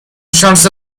شانس